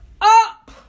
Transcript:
up